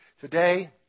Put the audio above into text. today